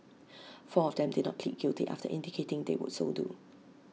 four of them did not plead guilty after indicating they would so do